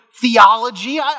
theology